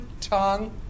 tongue